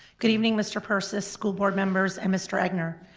good evening mr. persis, school board members and mr. egnor.